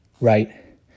right